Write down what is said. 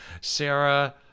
Sarah